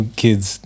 kids